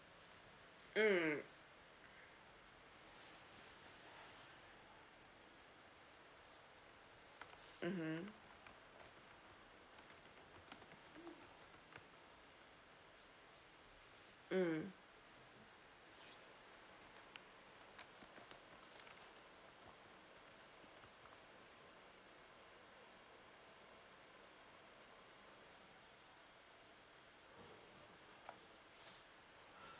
mm mm mm